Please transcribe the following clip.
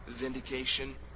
vindication